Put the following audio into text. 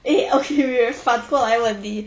eh okay okay 反过来问你